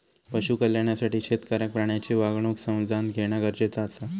पशु कल्याणासाठी शेतकऱ्याक प्राण्यांची वागणूक समझान घेणा गरजेचा आसा